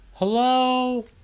Hello